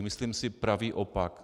Myslím si pravý opak.